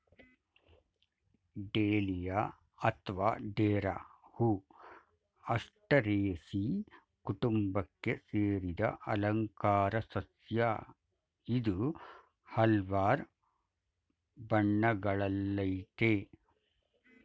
dahlia ಅತ್ವ ಡೇರಾ ಹೂ ಆಸ್ಟರೇಸೀ ಕುಟುಂಬಕ್ಕೆ ಸೇರಿದ ಅಲಂಕಾರ ಸಸ್ಯ ಇದು ಹಲ್ವಾರ್ ಬಣ್ಣಗಳಲ್ಲಯ್ತೆ